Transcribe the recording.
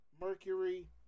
Mercury